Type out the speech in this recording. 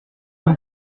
nous